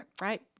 Right